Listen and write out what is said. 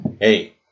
Hey